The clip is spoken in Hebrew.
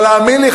אבל האמן לי,